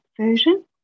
Version